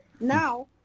Now